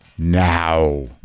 now